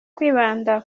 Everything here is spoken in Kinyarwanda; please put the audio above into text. kwibanda